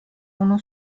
uno